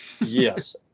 Yes